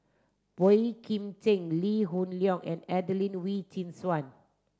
Boey Kim Cheng Lee Hoon Leong and Adelene Wee Chin Suan